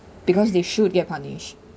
because they should get punished